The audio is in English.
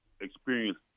experience